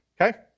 Okay